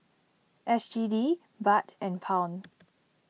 S G D Baht and Pound